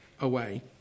away